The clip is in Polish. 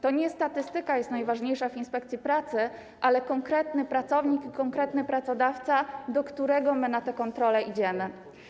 To nie statystyka jest najważniejsza w inspekcji pracy, ale konkretny pracownik i konkretny pracodawca, do którego my na te kontrole idziemy.